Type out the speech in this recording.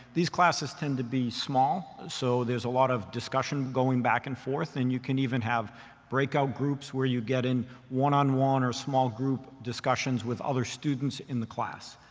these classes tend to be small. so there's a lot of discussion going back and forth. and you can even have breakout groups, where you get in one-on-one or small group discussions with other students in the class.